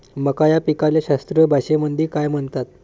मका या पिकाले शास्त्रीय भाषेमंदी काय म्हणतात?